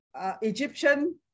Egyptian